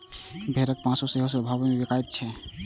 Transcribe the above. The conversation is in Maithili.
भेड़क मासु सेहो ऊंच भाव मे बिकाइत छै